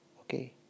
Okay